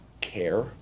care